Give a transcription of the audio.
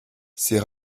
c’est